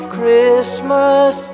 Christmas